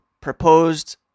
proposed